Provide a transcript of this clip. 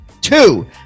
two